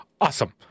Awesome